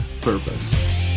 purpose